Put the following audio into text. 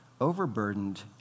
Overburdened